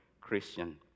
Christian